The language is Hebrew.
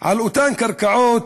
על אותן קרקעות.